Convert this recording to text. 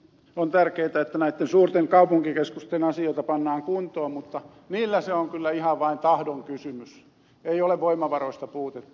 on tärkeätä että näitten suurten kaupunkikeskusten asioita pannaan kuntoon mutta niillä se on kyllä ihan vain tahdon kysymys ei ole voimavaroista puutetta